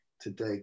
today